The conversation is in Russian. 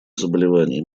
заболеваний